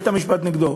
בית-המשפט נגדו.